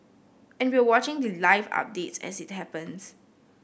and we're watching the live updates as it happens